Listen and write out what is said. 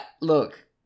Look